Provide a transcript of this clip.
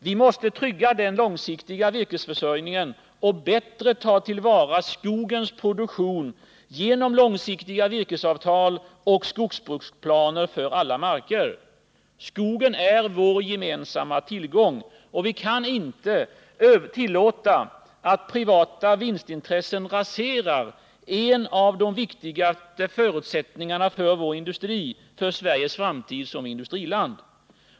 Vi måste trygga den långsiktiga virkesförsörjningen och bättre ta till vara skogens produktion genom långsiktiga virkesavtal och genom skogsbruksplaner för alla marker. Skogen är vår gemensamma tillgång. Vi kan inte tillåta att privata vinstintressen raserar en av de viktigaste förutsättningarna för vår industri, för Sveriges framtid som industriland.